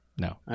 No